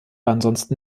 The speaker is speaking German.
ansonsten